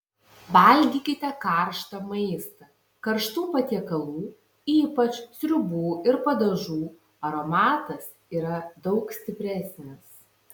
valgykite karštą maistą karštų patiekalų ypač sriubų ir padažų aromatas yra daug stipresnis